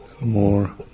more